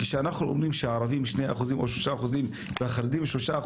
כי כשאנחנו אומרים שהערבים הם 2% או 3% והחרדים הם 3%,